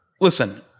Listen